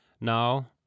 Now